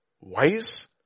wise